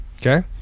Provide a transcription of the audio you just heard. Okay